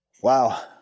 wow